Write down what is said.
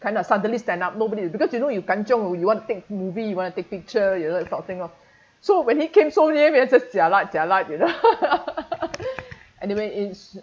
kinda suddenly stand up nobody is because you know kanchiong you want to take movie you want take picture you like sort of thing all so when he came so near we are just jialat jialat you know anyway it's